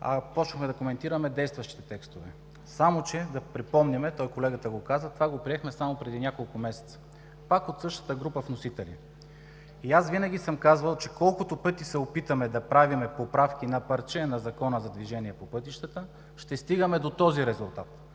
вносители, а коментирахме действащите текстове. Само че да припомним, колегата го каза, това го приехме само преди няколко месеца пак от същата група вносители. Винаги съм казвал, че колкото пъти се опитаме да правим поправки на парче на Закона за движение по пътищата, ще стигаме до този резултат.